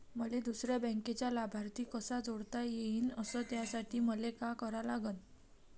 मले दुसऱ्या बँकेचा लाभार्थी कसा जोडता येईन, अस त्यासाठी मले का करा लागन?